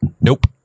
Nope